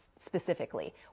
specifically